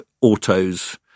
autos